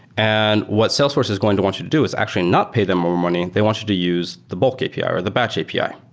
and what salesforce is going to want to do is actually not pay them more money. they want you to use the bulk api, or the batch api.